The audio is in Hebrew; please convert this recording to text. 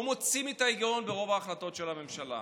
לא מוצאים את ההיגיון ברוב ההחלטות של הממשלה.